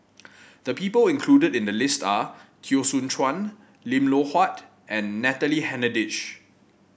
the people included in the list are Teo Soon Chuan Lim Loh Huat and Natalie Hennedige